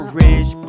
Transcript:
rich